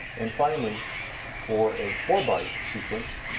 and finally for a four byte sequence,